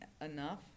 enough